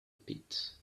pit